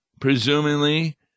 presumably